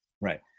right